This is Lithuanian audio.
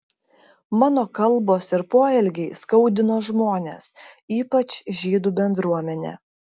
mano kalbos ir poelgiai skaudino žmones ypač žydų bendruomenę